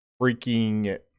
freaking